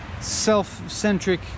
self-centric